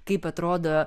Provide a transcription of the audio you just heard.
kaip atrodo